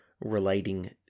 relating